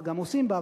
וגם עושים בה,